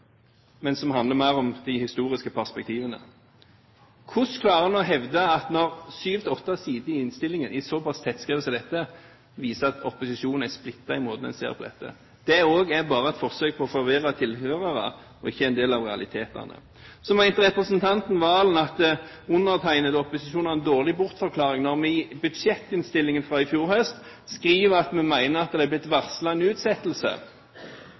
men som handler mer om de historiske perspektivene. Hvordan klarer en å hevde – med syv–åtte sider i innstillingen såpass tettskrevet som dette – at opposisjonen er splittet i måten en ser på dette? Det er også bare et forsøk på å forvirre tilhørere og er ikke en del av realitetene. Så mente representanten Serigstad Valen at undertegnede og opposisjonen hadde en dårlig bortforklaring når vi i budsjettinnstillingen i fjor høst skriver at vi mener det er blitt varslet om utsettelse.